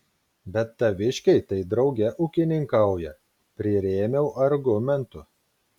bet taviškiai tai drauge ūkininkauja prirėmiau argumentu